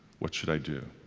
what should i do?